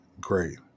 great